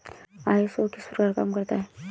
ISO किस प्रकार काम करता है